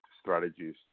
strategies